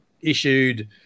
issued